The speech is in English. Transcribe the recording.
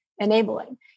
Enabling